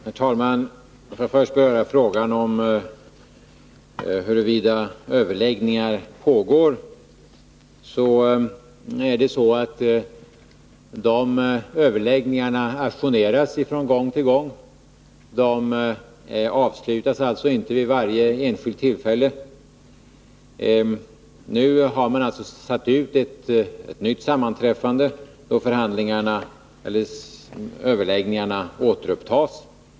Herr talman! Jag skall först beröra frågan om huruvida överläggningar pågår. Det är så att överläggningarna ajourneras från gång till gång. De avslutas alltså inte vid varje enskilt tillfälle. Nu har man alltså satt ut ett nytt sammanträde, då överläggningarna återupptas.